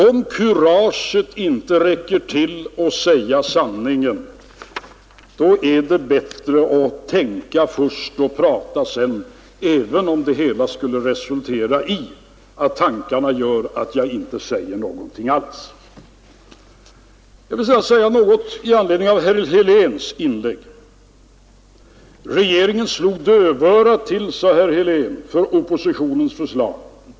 Om kuraget inte räcker till för att säga sanningen, då är det bättre att tänka först och prata sedan, även om tänkandet skulle resultera i att man inte säger någonting alls. Jag vill också säga något med anledning av herr Heléns inlägg. Regeringen slog dövörat till för oppositionens förslag, sade herr Helén.